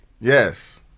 Yes